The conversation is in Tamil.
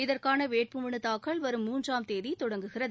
இதற்கான வேட்புமனு தாக்கல் வரும் மூன்றாம் தேதி தொடங்குகிறது